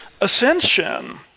ascension